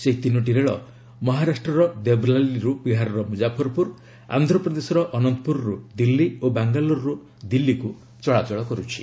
ସେହି ତିନୋଟି ରେଳ ମହାରାଷ୍ଟ୍ରର ଦେବଲାଲିରୁ ବିହାରର ମୁଜାଫରପୁର ଆନ୍ଧ୍ରପ୍ରଦେଶର ଅନନ୍ତପୁରରୁ ଦିଲ୍ଲୀ ଓ ବାଙ୍ଗଲୋରରୁ ଦିଲ୍ଲୀକୁ ଚଳାଚଳ କରୁଛି